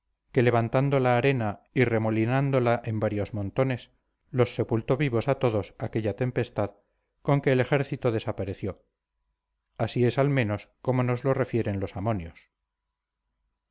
que levantando la arena y remolinándola en varios montones los sepultó vivos a todos aquella tempestad con que el ejército desapareció así es al menos como nos lo refieren los amonios